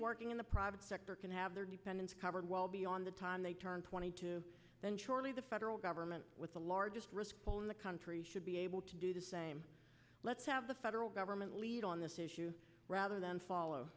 working in the private sector can have their dependents covered well beyond the time they turn twenty two then surely the federal government with the largest risk in the country should be able to do the same let's have the federal government lead on this issue rather than follow